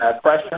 question